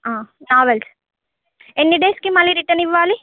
novels ఎన్ని days కి మళ్ళీ రిటర్న్ ఇవ్వాలి